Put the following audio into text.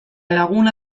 laguna